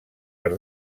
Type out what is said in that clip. per